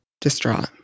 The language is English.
distraught